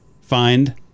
find